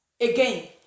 Again